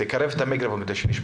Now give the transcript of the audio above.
ביקשתי לקיים דיון בנושא תאונות